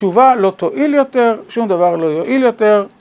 תשובה לא תועיל יותר, שום דבר לא יועיל יותר.